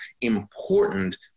important